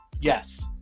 Yes